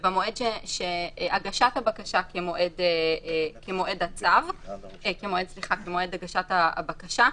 ובמועד הגשת הבקשה כמועד הגשת הבקשה.